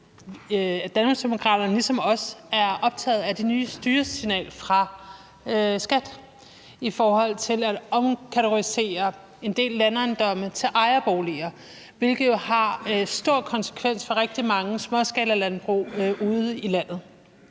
Danmarksdemokraterne ligesom os er optaget af det nye styresignal fra skattemyndighederne i forhold til at omkategorisere en del landejendomme til ejerboliger, hvilket jo har store konsekvenser for rigtig mange småskalalandbrug ude i landet.